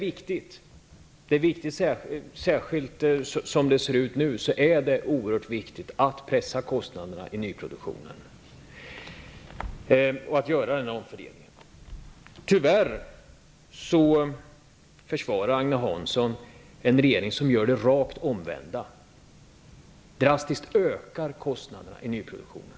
Det är oerhört viktigt, särskilt med tanke på hur det nu är, att kostnaderna i nyproduktionen pressas ner och att den här omfördelningen görs. Agne Hansson försvarar, tyvärr, en regering som gör raka motsatsen -- som drastiskt ökar kostnaderna i nyproduktionen.